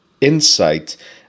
insight